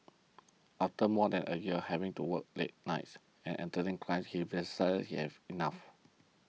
after more than a year of having to work late nights and Entertain Clients he decided he had enough